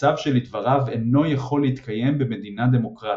מצב שלדבריו "אינו יכול להתקיים במדינה דמוקרטית".